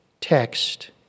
text